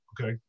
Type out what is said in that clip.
Okay